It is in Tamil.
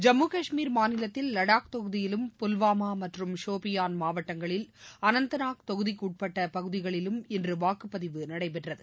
ஜம்மு காஷ்மீர் மாநிலத்தில் வடாக் தொகுதியிலும் புல்வாமா மற்றும் ஷோபியான் மாவட்டங்களில் அனந்தநாக் தொகுதிக்கு உட்பட்ட பகுதிகளிலும் இன்று வாக்குப் பதிவு நடைபெற்றது